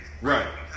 Right